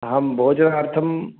अहं भोजनार्थम्